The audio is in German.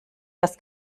das